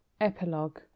Epilogue